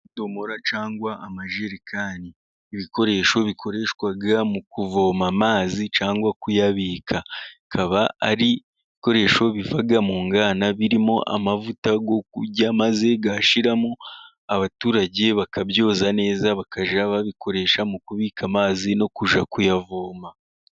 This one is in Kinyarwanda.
Ibidomora cyangwa amajerekani, ibikoresho bikoreshwa mu kuvoma amazi cyangwa kuyabika. Bikaba ari ibikoresho biva mu nganda birimo amavuta yo kurya, maze yashiramo abaturage bakabyoza neza, bakajya babikoresha mu kubika amazi no kujya kuyavoma.